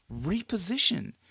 reposition